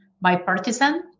bipartisan